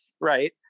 right